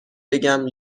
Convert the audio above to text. بگم